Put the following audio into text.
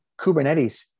Kubernetes